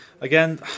again